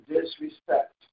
disrespect